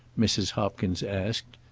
mrs. hopkins asked.